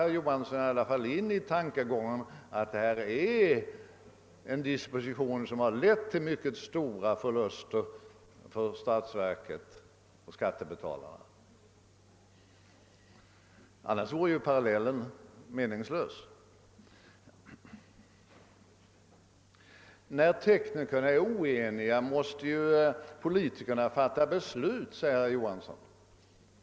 Herr Johansson faller alltså in i tankegången att det är här fråga om dispositioner, som lett till mycket stora förluster för statsverket och för skattebetalarna. Annars vore ju parallellen meningslös. Herr Johansson säger att politikerna måste fatta beslut, även om teknikerna är oeniga.